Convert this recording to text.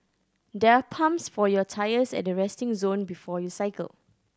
there are pumps for your tyres at the resting zone before you cycle